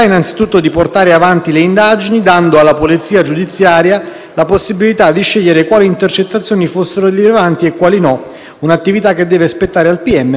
Si tratta di un logico quanto elementare corollario del principio costituzionalmente garantito della libera manifestazione del pensiero. Partendo da tali premesse,